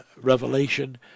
revelation